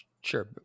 Sure